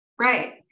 Right